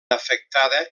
afectada